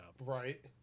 right